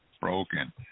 Broken